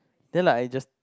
then like I just